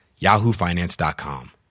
YahooFinance.com